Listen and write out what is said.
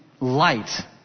light